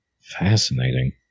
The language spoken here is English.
Fascinating